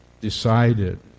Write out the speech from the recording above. decided